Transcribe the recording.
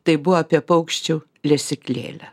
tai buvo apie paukščių lesyklėlę